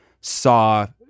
saw